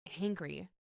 angry